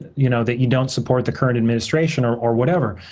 you know that you don't support the current administration or or whatever,